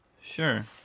sure